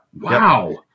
Wow